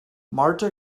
marta